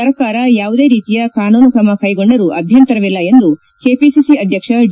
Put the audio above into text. ಸರ್ಕಾರ ಯಾವುದೇ ರೀತಿಯ ಕಾನೂನು ತ್ರಮ ಕೈಗೊಂಡರು ಅಭ್ಞಂತರವಿಲ್ಲ ಎಂದು ಕೆಪಿಸಿಸಿ ಅಧ್ಯಕ್ಷ ಡಿ